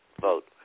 vote